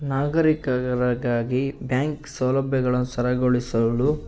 ನಾಗರೀಕ ಗಲಾಟೆ ಆಗಿ ಬ್ಯಾಂಕ್ ಸೌಲಭ್ಯಗಳ ಸರಗೊಳಿಸಲು